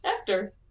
actor